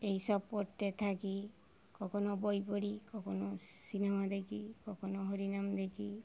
এইসব পড়তে থাকি কখনো বই পড়ি কখনো সিনেমা দেখি কখনও হরিনাম দেখি